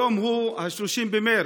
היום הוא 30 במרץ,